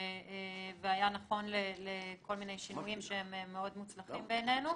והיה נכון לכל מיני שינויים שהם מאוד מוצלחים בעינינו.